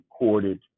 recorded